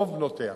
רוב בנותיה,